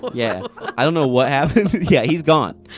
but yeah i don't know what happened yeah he's gone.